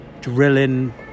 Drilling